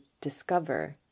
Discover